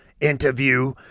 interview